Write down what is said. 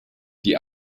die